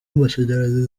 z’amashanyarazi